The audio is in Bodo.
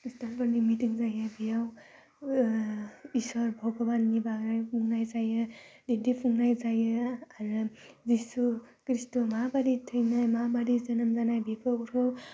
ख्रिष्टानफोरनि मिटिं जायो बेयाव ईसोर भग'बाननि बागै बुंनाय जायो दिन्थिफुंनाय जायो आरो जिशु खृष्टया माबादि थैनाय माबादि जोनोम जानाय बिफोरखौ